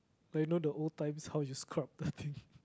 where you know the old times how you scrub the thing